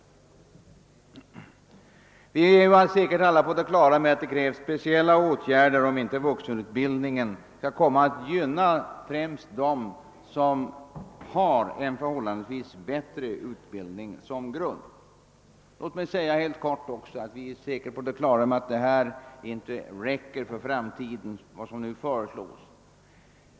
Alla är säkerligen på det klara med att det krävs speciella åtgärder, om inte vuxenutbildningen skall komma att gynna främst dem som har en förhållandevis bättre utbildning. Likaså är vi väl alla införstådda med att vad som nu föreslås inte är tillräckligt för framtiden.